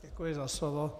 Děkuji za slovo.